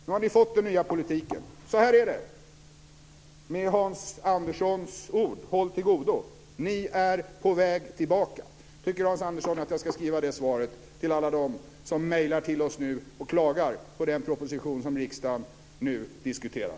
Nu har ni fått den nya politiken. Så här är det. Med Hans Anderssons ord: Håll till godo! Ni är på väg tillbaka. Tycker Hans Andersson att jag ska skriva det svaret till alla som mejlar till oss och klagar på den proposition som riksdagen nu diskuterar?